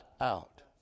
out